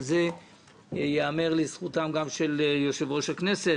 אז זה ייאמר לזכותם גם של יושב-ראש הכנסת